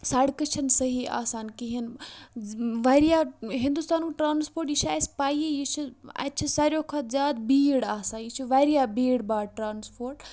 سَڑکہٕ چھَنہٕ صحیح آسان کِہیٖنۍ واریاہ ہِندوستانُک ٹرٛانسپوٹ یہِ چھِ اَسہِ پَییی یہِ چھِ اَتہِ چھِ ساروِیو کھۄتہٕ زیادٕ بھیڑ آسان یہِ چھُ واریاہ بھیڑ بھاڈ ٹرٛانسپوٹ